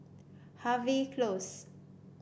Harvey Close